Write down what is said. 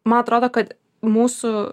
ma atrodo kad mūsų